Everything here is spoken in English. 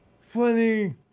funny